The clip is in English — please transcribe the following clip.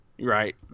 right